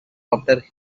after